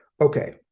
Okay